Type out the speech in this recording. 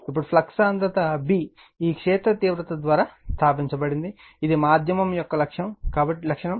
ఇప్పుడు ఫ్లక్స్ సాంద్రత B ఈ క్షేత్ర తీవ్రత ద్వారా స్థాపించబడింది ఇది మాధ్యమం యొక్క లక్షణం